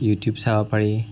YouTube চাব পাৰি